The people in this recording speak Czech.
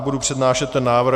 Budu přednášet ten návrh.